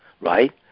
Right